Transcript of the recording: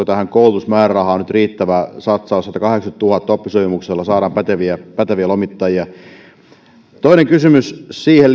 tähän koulutusmäärärahaan satakahdeksankymmentätuhatta nyt riittävä satsaus jotta oppisopimuksella saadaan päteviä päteviä lomittajia toinen kysymys liittyy siihen